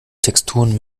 texturen